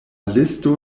listo